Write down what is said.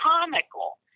comical